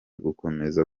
gukomeza